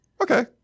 Okay